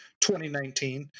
2019